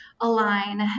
align